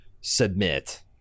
submit